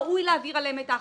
ראוי להעביר עליהם את האחריות.